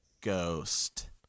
Ghost